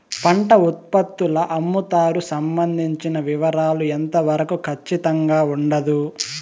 పంట ఉత్పత్తుల అమ్ముతారు సంబంధించిన వివరాలు ఎంత వరకు ఖచ్చితంగా ఉండదు?